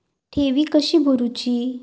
ठेवी कशी भरूची?